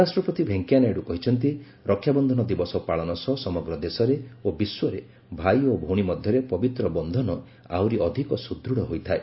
ଉପରାଷ୍ଟ୍ରପତି ଭେଙ୍କିୟାନାଇଡୁ କହିଛନ୍ତି ରକ୍ଷାବନ୍ଧନ ଦିବସ ପାଳନ ସହ ସମଗ୍ର ଦେଶରେ ଓ ବିଶ୍ୱରେ ଭାଇ ଓ ଭଉଣୀ ମଧ୍ୟରେ ପବିତ୍ର ବନ୍ଧନ ଆହୁରି ଅଧିକ ସୁଦୃଢ଼ ହୋଇଥାଏ